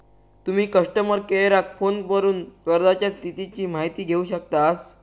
तुम्ही कस्टमर केयराक फोन करून कर्जाच्या स्थितीची माहिती घेउ शकतास